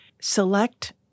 select